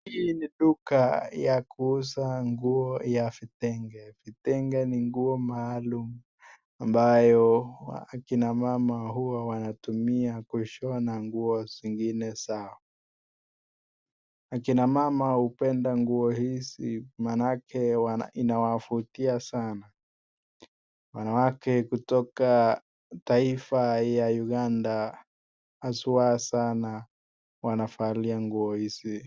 Hii ni duka ya kuuza nguo ya vitenge vitenge ni nguo maalum ambayo akina mama huwa wanatumia kushona nguo zingine zao. Akina mama hupenda nguo hizi manake inawavutia sana. Wanawake kutoka taifa ya Uganda haswa sana wanavalia nguo hizi.